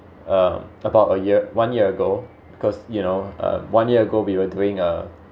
um about a year one year ago because you know uh one year ago we were doing uh